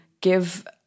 give